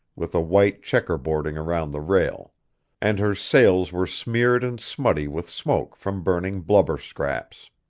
with a white checkerboarding around the rail and her sails were smeared and smutty with smoke from burning blubber scraps.